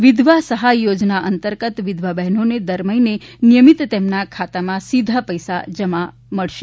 વિધવા સહાય યોજના અંતર્ગત વિધવા બહેનોને દર મહિને નિયમિત તેમના ખાતમાં સીધા પૈસા જમા જશે